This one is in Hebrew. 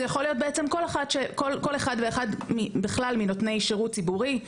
זה יכול להיות בעצם כל אחד ואחד בכלל מנותני שירות ציבורי,